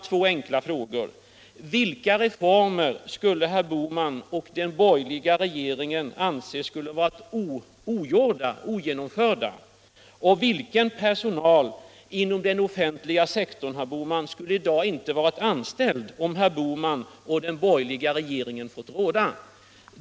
Två enkla frågor: Vilka reformer anser herr Bohman och den borgerliga regeringen borde vara ogenomförda? Vilken personal inom den offentliga sektorn skulle i dag inte ha varit anställd om herr Bohman och den borgerliga regeringen fått råda?